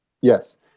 Yes